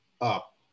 up